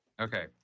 Okay